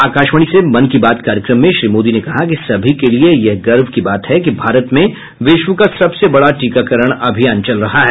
आकाशवाणी से मन की बात कार्यक्रम में श्री मोदी ने कहा कि सभी के लिए यह गर्व की बात है कि भारत में विश्व का सबसे बड़ा टीकाकरण अभियान चल रहा है